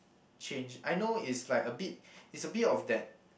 change I know it's like a bit it's a bit of that